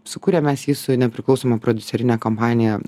sukūrėm mes jį su nepriklausoma prodiuserine kompanija ne